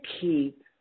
keep